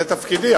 זה תפקידי.